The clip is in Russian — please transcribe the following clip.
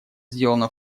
сделано